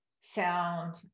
sound